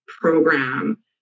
program